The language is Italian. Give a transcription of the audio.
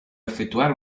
effettuare